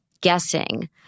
guessing